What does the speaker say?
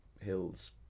hills